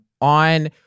on